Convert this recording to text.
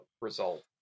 result